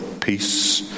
peace